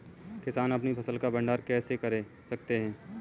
किसान अपनी फसल का भंडारण कैसे कर सकते हैं?